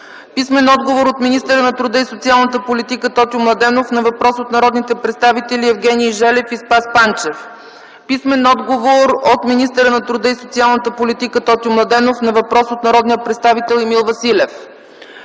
Георгиева; - от министъра на труда и социалната политика Тотю Младенов на въпрос от народните представители Евгений Желев и Спас Панчев; - от министъра на труда и социалната политика Тотю Младенов на въпрос от народния представител Емил Василев;